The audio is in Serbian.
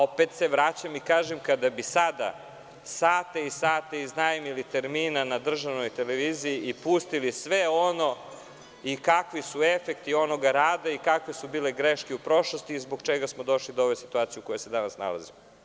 Opet se vraćam i kažem kada bi sada iznajmili sate i sate termina na državnoj televiziji i pustili sve ono i kakvi su efekti svog onog rada i kakve su bile greške u prošlosti i zbog čega smo došli u ovu situaciju u kojoj se danas nalazimo…